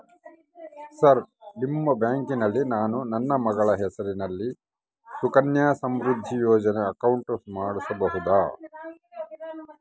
Sir ನಿಮ್ಮ ಬ್ಯಾಂಕಿನಲ್ಲಿ ನಾನು ನನ್ನ ಮಗಳ ಹೆಸರಲ್ಲಿ ಸುಕನ್ಯಾ ಸಮೃದ್ಧಿ ಯೋಜನೆ ಅಕೌಂಟ್ ಮಾಡಿಸಬಹುದಾ?